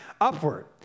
upward